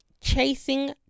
Chasing